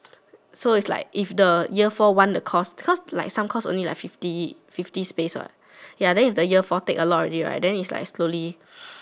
so it's like if the year four want the course because like some course only fifty fifty space what ya then if the year four take a lot already right then it's like slowly